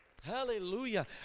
Hallelujah